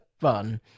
fun